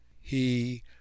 He